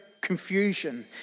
confusion